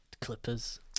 Clippers